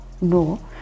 No